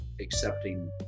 accepting